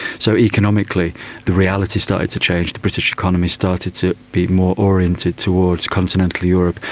so economically the reality started to change, the british economy started to be more oriented towards continental europe,